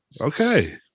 okay